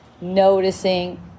noticing